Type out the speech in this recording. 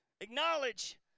acknowledge